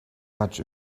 much